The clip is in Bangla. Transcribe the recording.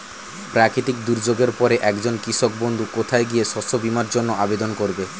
প্রাকৃতিক দুর্যোগের পরে একজন কৃষক বন্ধু কোথায় গিয়ে শস্য বীমার জন্য আবেদন করবে?